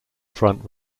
front